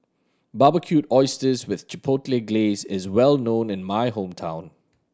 Barbecued Oysters with Chipotle Glaze is well known in my hometown